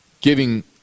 giving